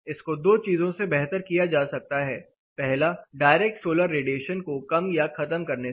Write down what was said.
इसको दो चीजों से बेहतर किया जा सकता है पहला डायरेक्ट सोलर रेडिएशन को कम या खत्म करने से